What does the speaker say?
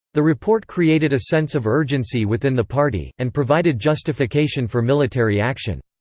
the report created a sense of urgency within the party, and provided justification for military action.